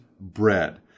bread